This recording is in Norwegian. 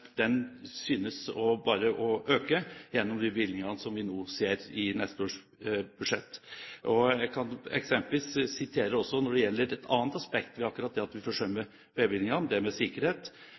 synes bare å øke gjennom de bevilgningene som vi nå ser i neste års budsjett. Jeg kan eksempelvis referere til et annet aspekt ved akkurat det at vi forsømmer veibevilgningene, nemlig sikkerhet. Jeg har et brev fra lensmannen i Rennebu som kommer med,